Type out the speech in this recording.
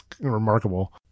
remarkable